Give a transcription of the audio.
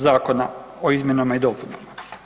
Zakona o izmjenama i dopunama.